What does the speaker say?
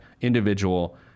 individual